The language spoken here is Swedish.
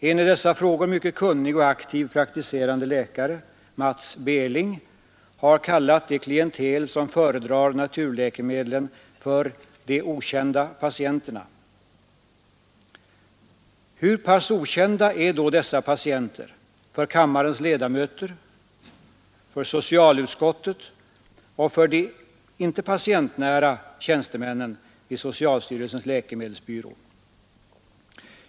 En i dessa frågor mycket kunnig och aktiv praktiserande läkare — Matts Beling — har kallat det klientel som föredrar naturläkemedel för ”de okända patienterna”. Hur pass okända är då dessa patienter för kammarens ledamöter, för socialutskottet och för de ”icke patientnära” tjänstemännen vid socialstyrelsens läkemedelsbyrå?